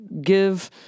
give